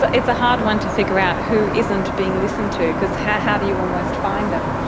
but it's a hard one to figure out who isn't being listened to, because how how do you almost find them?